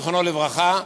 זיכרונו לברכה,